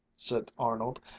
said arnold.